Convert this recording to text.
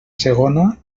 segona